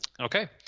okay